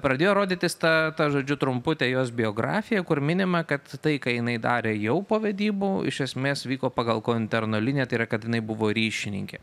pradėjo rodytis ta ta žodžiu trumputė jos biografija kur minima kad tai ką jinai darė jau po vedybų iš esmės vyko pagal kominterno liniją tai yra kad jinai buvo ryšininkė